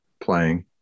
playing